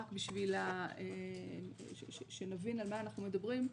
רק בשביל שנבין על מה אנחנו מדברים,